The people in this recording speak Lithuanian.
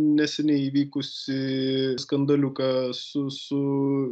neseniai įvykusį skandaliuką su su